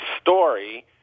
story